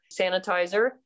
sanitizer